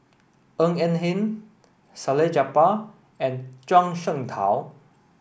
Ng Eng Hen Salleh Japar and Zhuang Shengtao